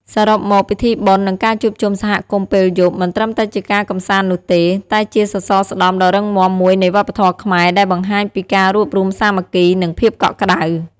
សរុបមក ពិធីបុណ្យនិងការជួបជុំសហគមន៍ពេលយប់ មិនត្រឹមតែជាការកម្សាន្តនោះទេ តែជាសសរស្តម្ភដ៏រឹងមាំមួយនៃវប្បធម៌ខ្មែរដែលបង្ហាញពីការរួបរួមសាមគ្គី និងភាពកក់ក្ដៅ។